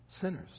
Sinners